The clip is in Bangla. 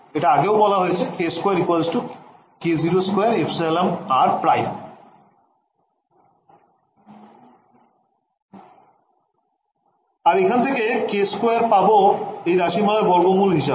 এটা আগেও বলা হয়েছে k′2 k02εr ′ আর এখান থেকে k′2 পাবো এই রাশিমালার বর্গমূল হিসেবে